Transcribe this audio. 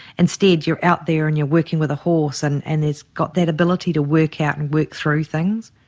instead you are out there and you are working with a horse and and you've got that ability to work out and work through things.